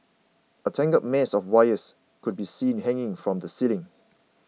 a tangled mess of wires could be seen hanging from the ceiling